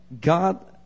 God